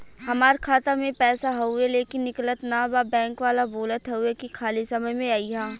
हमार खाता में पैसा हवुवे लेकिन निकलत ना बा बैंक वाला बोलत हऊवे की खाली समय में अईहा